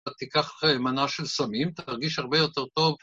אתה תיקח מנה של סמים, אתה תרגיש הרבה יותר טוב.